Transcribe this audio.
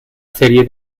serie